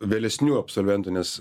vėlesnių absolventų nes